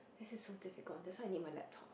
this is so difficult that's why I need my laptop